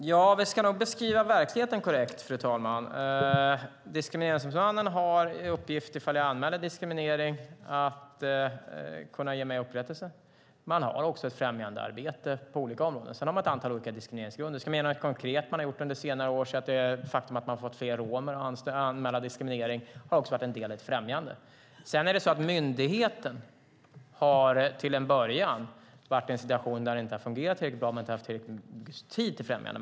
Fru talman! Vi ska nog beskriva verkligheten korrekt. Diskrimineringsombudsmannen har till uppgift att om jag anmäler diskriminering kunna ge mig upprättelse. Man har också ett främjandearbete på olika områden. Dessutom har man ett antal olika diskrimineringsgrunder. Ska jag nämna något mer konkret som man har gjort under senare år är det ett faktum att man har fått fler romer att anmäla diskriminering. Det har också varit en del i ett främjande. Sedan är det så att myndigheten till en början har varit i en situation där det inte har fungerat riktigt bra. Man har inte haft tillräckligt med tid för främjande.